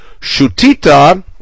Shutita